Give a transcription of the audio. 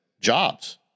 jobs